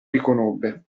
riconobbe